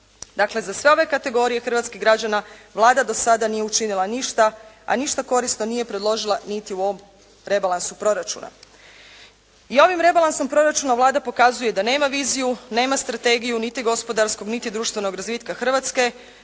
Dakle, za sve ove kategorije hrvatskih građana, Vlada do sada nije učinila ništa, a ništa korisno nije predložila niti u ovom rebalansu proračuna. I ovim rebalansom proračuna Vlada pokazuje da nema viziju, nema strategiju niti gospodarskog niti društvenog razvitka Hrvatske